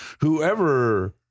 whoever